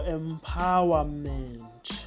empowerment